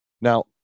Now